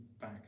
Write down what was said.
back